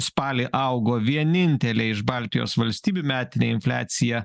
spalį augo vienintelėj iš baltijos valstybių metinė infliacija